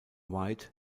white